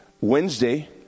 Wednesday